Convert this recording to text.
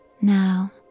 Now